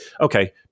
okay